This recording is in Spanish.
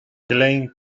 klein